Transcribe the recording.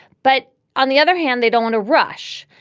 but on the other hand they don't want a rush.